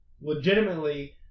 legitimately